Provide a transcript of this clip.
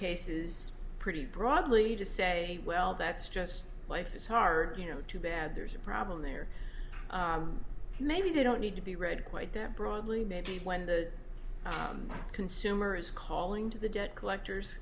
cases pretty broadly to say well that's just life is hard you know too bad there's a problem there maybe they don't need to be read quite there broadly maybe when the consumer is calling to the debt collectors